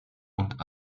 und